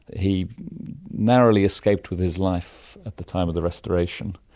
he narrowly escaped with his life at the time of the restoration.